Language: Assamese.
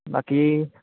বাকী